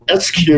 SQ